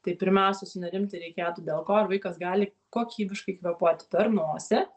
tai pirmiausia sunerimti reikėtų dėl ko ar vaikas gali kokybiškai kvėpuoti per nosį